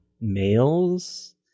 males